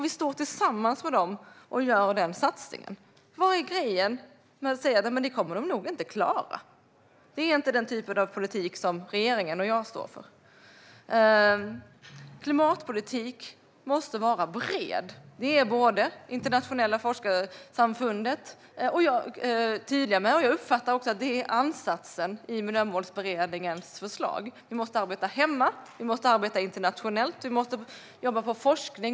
Vi står tillsammans med dem och gör denna satsning. Vad är grejen med att säga att de nog inte kommer att klara det? Det är inte den typ av politik som regeringen och jag står för. Klimatpolitiken måste vara bred. Det är både det internationella forskarsamfundet och jag tydliga med. Jag uppfattar också att det är ansatsen i Miljömålsberedningens förslag. Vi måste arbeta hemma, vi måste arbeta internationellt och vi måste jobba med forskning.